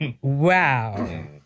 Wow